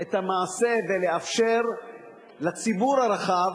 את המעשה ולאפשר לציבור הרחב,